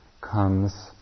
comes